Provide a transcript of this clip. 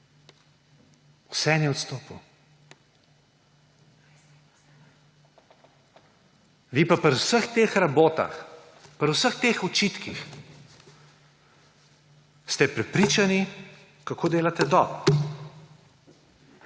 Vseeno je odstopil. Vi pa pri vseh teh rabotah, pri vseh teh očitkih ste prepričani, kako delate